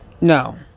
no